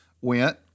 went